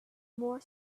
more